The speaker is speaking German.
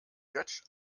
götsch